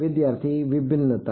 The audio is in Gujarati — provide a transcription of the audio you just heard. વિદ્યાર્થી ભિન્નતા